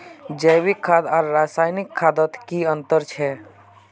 जैविक खाद आर रासायनिक खादोत की अंतर छे?